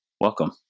welcome